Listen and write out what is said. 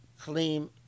claim